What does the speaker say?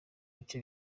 bice